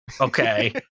Okay